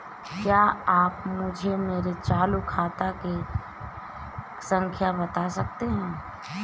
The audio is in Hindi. क्या आप मुझे मेरे चालू खाते की खाता संख्या बता सकते हैं?